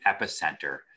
epicenter